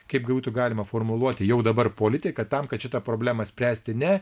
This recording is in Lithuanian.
kaip būtų galima formuluoti jau dabar politiką tam kad šitą problemą spręsti ne